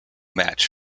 match